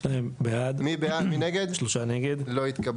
הצבעה בעד, 2 נגד, 3 נמנעים, 0 הרביזיה לא התקבלה.